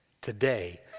Today